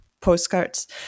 Postcards